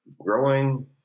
growing